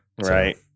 Right